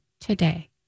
today